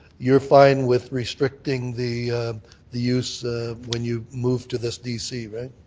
you're fine with restricting the the use when you move to this dc, right,